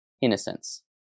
Innocence